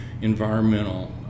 environmental